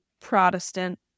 Protestant